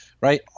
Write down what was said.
right